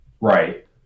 Right